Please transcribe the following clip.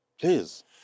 Please